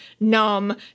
numb